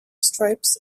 stripes